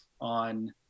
on